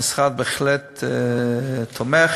המשרד בהחלט תומך,